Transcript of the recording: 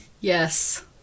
Yes